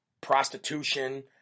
prostitution